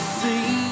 see